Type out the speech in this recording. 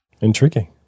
Intriguing